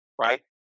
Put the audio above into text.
right